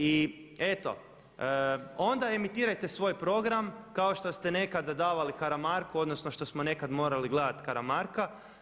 I eto onda emitirajte svoj program kao što ste nekada davali Karamarku, odnosno što smo nekad morali gledat Karamarka.